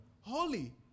holy